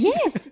Yes